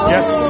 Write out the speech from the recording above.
Yes